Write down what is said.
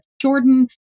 Jordan